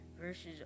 verses